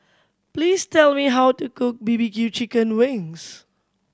please tell me how to cook B B Q chicken wings